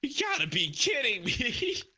yeah gotta be kidding me. she